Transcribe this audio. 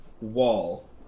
wall